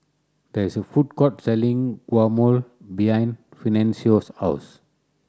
there is a food court selling Guacamole behind Fidencio's house